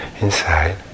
inside